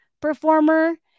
performer